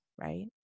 right